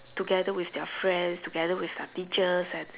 together with their friends together with their teachers and